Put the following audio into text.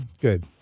good